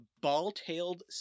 ball-tailed